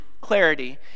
clarity